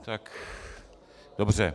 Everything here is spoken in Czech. Tak dobře.